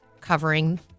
covering